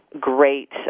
great